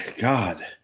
God